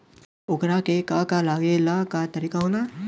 ओकरा के का का लागे ला का तरीका होला?